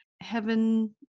heaven